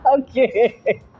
Okay